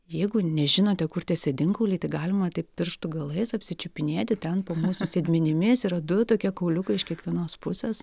jeigu nežinote kur tie sėdinkauliai tai galima taip pirštų galais apsičiupinėti ten po mūsų sėdmenimis yra du tokie kauliukai iš kiekvienos pusės